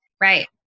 Right